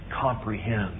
comprehend